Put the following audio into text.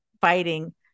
fighting